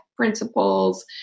principles